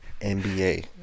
NBA